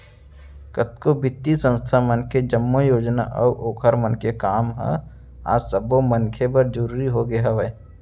कतको बित्तीय संस्था मन के जम्मो योजना अऊ ओखर मन के काम ह आज सब्बो मनखे बर जरुरी होगे हवय